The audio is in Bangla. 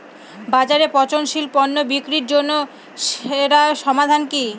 বাজারে পচনশীল পণ্য বিক্রির জন্য সেরা সমাধান কি?